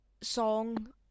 song